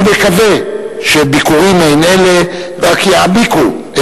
ומקווה שביקורים מעין אלה רק יעמיקו את